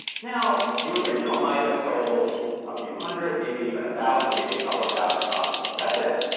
now the original might have sold a few hundred, maybe even a thousand, maybe a couple of thousand copies. that's it.